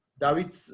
David